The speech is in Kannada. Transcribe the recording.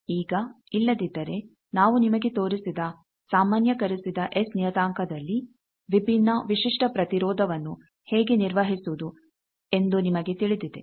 ಈಗ ಇಲ್ಲದಿದ್ದರೆ ನಾವು ನಿಮಗೆ ತೋರಿಸಿದ ಸಾಮಾನ್ಯಕರಿಸಿದ ಎಸ್ ನಿಯತಾಂಕದಲ್ಲಿ ವಿಭಿನ್ನ ವಿಶಿಷ್ಟ ಪ್ರತಿರೋಧವನ್ನು ಹೇಗೆ ನಿರ್ವಹಿಸುವುದು ಎಂದು ನಿಮಗೆ ತಿಳಿದಿದೆ